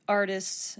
artists